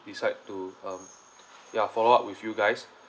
decide to um ya follow up with you guys